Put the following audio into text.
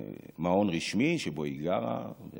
מעון רשמי שבו היא גרה.